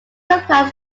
applies